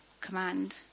command